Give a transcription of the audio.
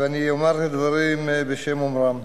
ואני אומר דברים בשם אומרם.